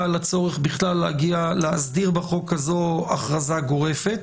על הצורך בכלל להסדיר בחוק כזו הכרזה גורפת.